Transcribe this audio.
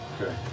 Okay